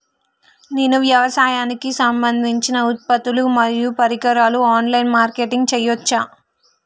నేను వ్యవసాయానికి సంబంధించిన ఉత్పత్తులు మరియు పరికరాలు ఆన్ లైన్ మార్కెటింగ్ చేయచ్చా?